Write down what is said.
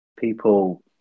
people